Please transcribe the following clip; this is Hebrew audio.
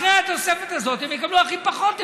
אחרי התוספת הזאת הם יקבלו הכי פחות.